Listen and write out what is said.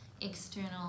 external